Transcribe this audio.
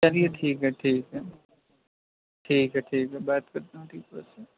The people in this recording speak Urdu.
چلیے ٹھیک ہے ٹھیک ہے ٹھیک ہے ٹھیک ہے بات کرتا ہوں ٹھیک اوکے